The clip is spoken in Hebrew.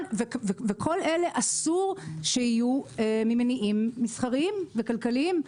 כל אלה אסור שיהיו ממניעים מסחריים וכלכליים.